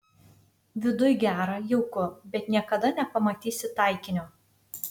viduj gera jauku bet niekada nepamatysi taikinio